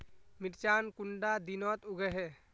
मिर्चान कुंडा दिनोत उगैहे?